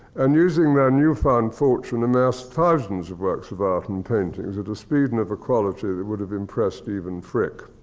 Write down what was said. and using their new-found fortune amassed thousands of works of art and paintings, at a speed, and of a quality, that would have impressed even frick.